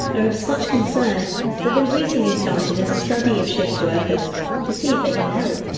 are of such concern that they've recently started a study of shift workers to see if they can help.